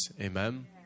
Amen